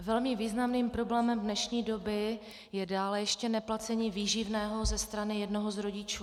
Velmi významným problémem dnešní doby je dále ještě neplacení výživného ze strany jednoho z rodičů.